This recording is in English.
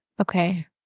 Okay